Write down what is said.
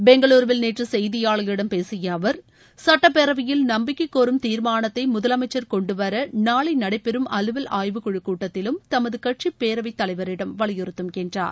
பெங்களுருவில் நேற்று செய்தியாளர்களிடம் பேசிய அவர் சுட்டப்பேரவையில் நம்பிக்கை கோரும் தீர்மானத்தை முதலமைச்சர் கொண்டு வர நாளை நடைபெறும் அலுவல் ஆய்வுக்குழு கூட்டத்திலும் தமது கட்சி பேரவை தலைவரிடம் வலியுறுத்தும் என்றார்